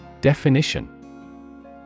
Definition